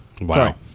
Wow